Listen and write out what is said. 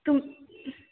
तुम